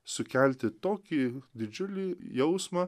sukelti tokį didžiulį jausmą